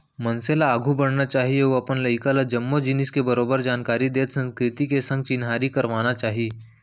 मनसे ल आघू बढ़ना चाही अउ अपन लइका ल जम्मो जिनिस के बरोबर जानकारी देत संस्कृति के संग चिन्हारी करवाना चाही